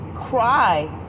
Cry